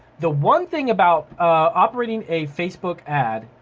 the one thing about operating a facebook ad,